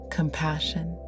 compassion